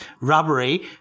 rubbery